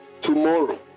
tomorrow